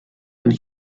and